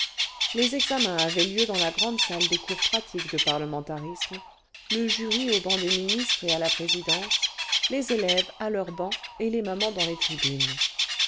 les examens avaient lieu dans la grande salle des cours pratiques de parlementarisme le jury au banc des ministres et à la présidence les élèves à leurs bancs et les mamans clans les tribunes